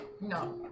No